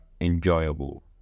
enjoyable